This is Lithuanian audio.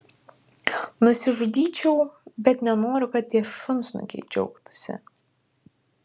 nusižudyčiau bet nenoriu kad tie šunsnukiai džiaugtųsi